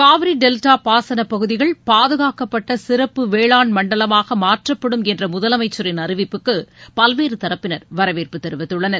Kaveri delta பாசன பகுதிகள் பாதுகாக்கப்பட்ட சிறப்பு வேளாண் மண்டலமாக மாற்றப்படும் என்ற முதலமைச்சரின் அறிவிப்புக்கு பல்வேறு தரப்பினர் வரவேற்பு தெரிவித்துள்ளனர்